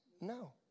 No